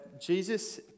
Jesus